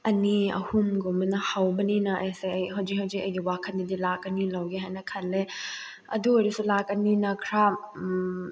ꯑꯅꯤ ꯑꯍꯨꯝꯒꯨꯝꯕꯅ ꯍꯧꯕꯅꯤꯅ ꯑꯩꯁꯦ ꯑꯩ ꯍꯧꯖꯤꯛ ꯍꯧꯖꯤꯛ ꯑꯩꯒꯤ ꯋꯥꯈꯟꯗꯗꯤ ꯂꯥꯛ ꯑꯅꯤ ꯂꯧꯒꯦ ꯍꯥꯏꯅ ꯉꯜꯂꯦ ꯑꯗꯨ ꯑꯣꯏꯔꯁꯨ ꯂꯥꯛ ꯑꯅꯤꯅ ꯈꯔ